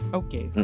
okay